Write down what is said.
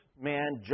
man